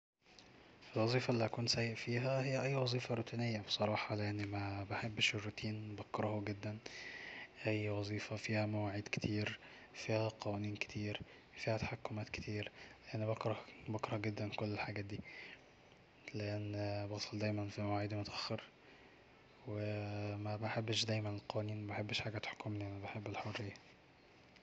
"الوظيفة اللي هكون سيء فيها هي اي وظيفة روتينية بصراحة لاني مبحبش الروتين بكرهه جدا اي وظيفة فيها مواعيد كتير فيها قوانين كتير فيها تحكمات كتير لاني بكره بكره جدا كل الحاجات دي لاني بدحل دايما في مواعيدي متاخر و ومبحبش دايما القيود مبحبش حاجة تحكمني بحب الحرية"